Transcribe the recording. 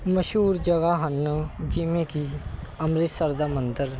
ਮਸ਼ਹੂਰ ਜਗ੍ਹਾ ਹਨ ਜਿਵੇਂ ਕਿ ਅੰਮ੍ਰਿਤਸਰ ਦਾ ਮੰਦਿਰ